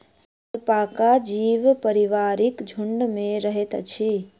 alpaca जीव पारिवारिक झुण्ड में रहैत अछि